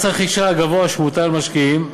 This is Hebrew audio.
מס הרכישה הגבוה שמוטל על המשקיעים,